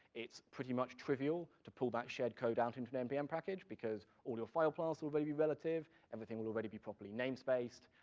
it's pretty much trivial to pull that shared code out into an npm package, because all your file paths will already be relative, everything will already be properly namespaced,